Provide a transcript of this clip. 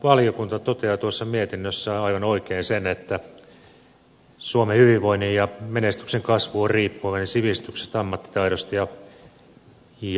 valtiovarainvaliokunta toteaa mietinnössään aivan oikein sen että suomen hyvinvoinnin ja menestyksen kasvu on riippuvainen sivistyksestä ammattitaidosta ja koulutuksesta